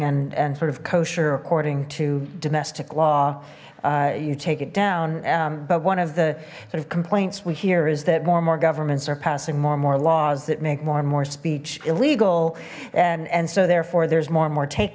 and and sort of kosher according to domestic law you take it down but one of the sort of complaints we hear is that more and more governments are passing more and more laws that make more and more speech illegal and and so therefore there's more and more